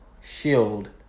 shield